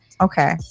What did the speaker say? Okay